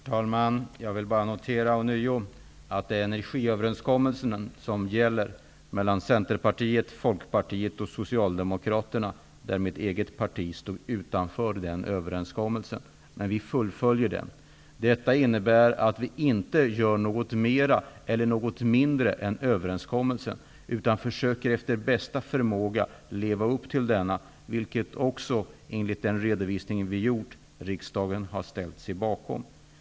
Herr talman! Jag vill bara ånyo notera att den energiöverenskommelse som gäller mellan Socialdemokraterna -- mitt eget parti stod utanför -- fullföljs av oss. Detta innebär att vi inte gör något mera eller något mindre än överenskommelsen. Vi försöker efter bästa förmåga leva upp till denna, vilket också, enligt den redovisning vi har gjort, riksdagen har ställt sig bakom.